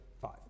five